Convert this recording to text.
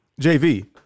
JV